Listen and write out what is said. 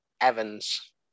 evans